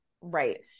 Right